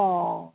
অঁ